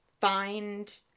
find